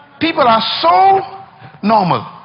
people are so normal,